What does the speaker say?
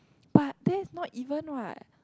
but that is not even what